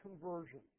conversion